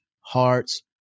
hearts